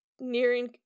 nearing